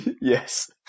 Yes